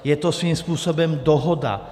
Je to svým způsobem dohoda.